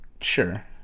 Sure